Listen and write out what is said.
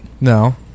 No